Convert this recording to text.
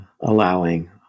allowing